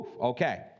Okay